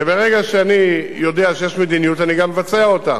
וברגע שאני יודע שיש מדיניות אני גם מבצע אותה.